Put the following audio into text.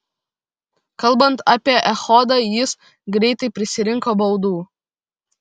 kalbant apie echodą jis greitai prisirinko baudų